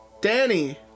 Danny